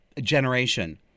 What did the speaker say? generation